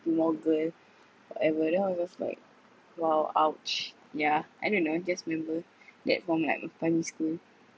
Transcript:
be more girl whatever then I was just like !wow! !ouch! yeah I don't know just 'member that from like primary school